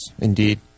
indeed